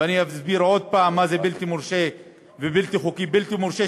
ואני אסביר עוד פעם מה זה בלתי מורשה ובלתי חוקי: בלתי מורשה,